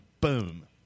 Boom